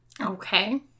Okay